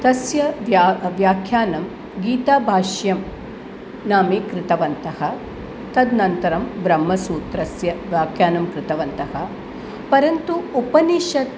तस्य व्या व्याख्यानं गीताभाष्यं नाम्नि कृतवन्तः तदनन्तरं ब्रह्मसूत्रस्य व्याखानं कृतवन्तः परन्तु उपनिशत्